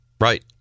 Right